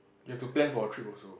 you have to plan for a trip also